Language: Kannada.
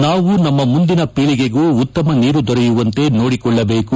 ನಾವು ನಮ್ಮ ಮುಂದಿನ ಪೀಳಿಗೆಗೂ ಉತ್ತಮ ನೀರು ದೊರೆಯುವಂತೆ ನೋಡಿಕೊಳ್ಳಬೇಕು